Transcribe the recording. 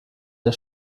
der